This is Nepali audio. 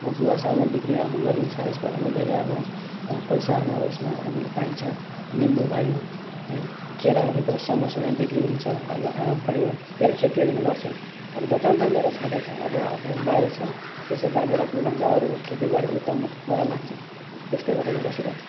अब गुवा सालमा बिक्री अब गरिन्छ यसबाट पनि धेरै अब पैसा अब यसमा हामीले पाइन्छ निम्बु भयो है केराहरू भयो समय समयमा बिक्री हुन्छ अब आँप भयो धेर खेतीहरू नै गर्छु अब दोकान त मेरो छँदैछ अब आफ्नो बारी छ त्यसै बाँझो राख्नुभन्दा अरू खेती गरे उत्तम हो मलाई लाग्छ त्यस्तै गरेर बसिरहेको छु